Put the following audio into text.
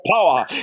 power